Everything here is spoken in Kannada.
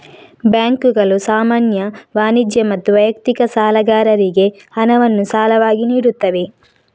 ಬ್ಯಾಂಕುಗಳು ಸಾಮಾನ್ಯ, ವಾಣಿಜ್ಯ ಮತ್ತು ವೈಯಕ್ತಿಕ ಸಾಲಗಾರರಿಗೆ ಹಣವನ್ನು ಸಾಲವಾಗಿ ನೀಡುತ್ತವೆ